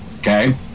okay